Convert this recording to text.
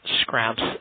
scraps